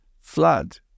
flood